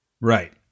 Right